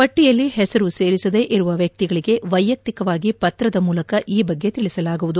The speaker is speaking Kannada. ಪಟ್ಟಿಯಲ್ಲಿ ಹೆಸರು ಸೇರಿಸದೇ ಇರುವ ವ್ಯಕ್ತಿಗಳಿಗೆ ವೈಯಕ್ತಿಕವಾಗಿ ಪತ್ರದ ಮೂಲಕ ಆ ಬಗ್ಗೆ ತಿಳಿಸಲಾಗುವುದು